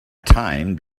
time